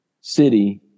city